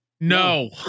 No